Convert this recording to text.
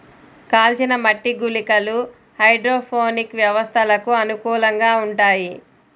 కాల్చిన మట్టి గుళికలు హైడ్రోపోనిక్ వ్యవస్థలకు అనుకూలంగా ఉంటాయి